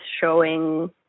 showing